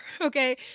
okay